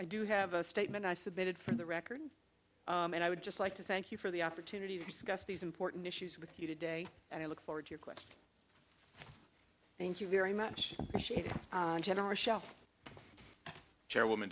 i do have a statement i submitted for the record and i would just like to thank you for the opportunity to discuss these important issues with you today and i look forward to your class thank you very much appreciated general shelf chairwoman